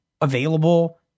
available